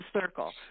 circle